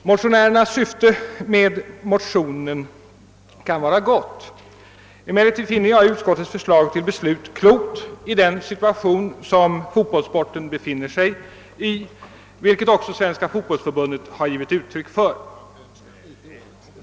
Motionärernas syfte med motionen kan vara gott; emellertid finner jag utskottets förslag till beslut klokt i den situation som fotbollsporten nu befinner sig i, vilket också Svenska fotbollförbundet har givit uttryck för.